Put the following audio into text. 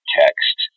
text